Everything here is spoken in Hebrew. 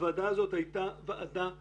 הוועדה הזאת הייתה ועדה פרקטית.